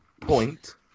point